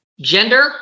gender